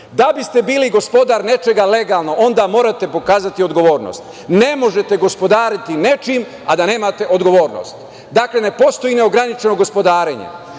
biste bili gospodar nečega legalno onda morate pokazati odgovornost. Ne možete gospodariti nečim, a da nemate odgovornost. Ne postoji neograničeno gospodarenje.